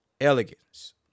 elegance